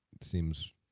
seems